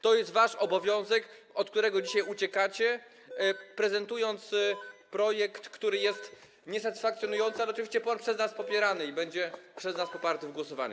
To jest wasz obowiązek, od którego dzisiaj uciekacie, prezentując projekt, który jest niesatysfakcjonujący, ale oczywiście przez nas popierany i będzie przez nas poparty w głosowaniu.